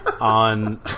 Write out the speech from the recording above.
on